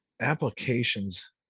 Applications